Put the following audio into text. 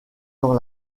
dans